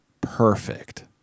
Perfect